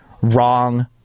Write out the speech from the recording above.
wrong